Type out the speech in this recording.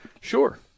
Sure